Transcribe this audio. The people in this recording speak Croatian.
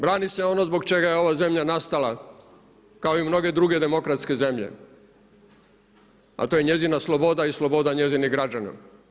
Brani se ono zbog čega je ova zemlja nastala, kao i mnoge druge demokratske zemlje, a to je njezina sloboda i sloboda njezinih građana.